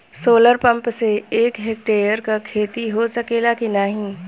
Solar pump से एक hectare क खेती हो सकेला की नाहीं?